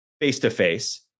face-to-face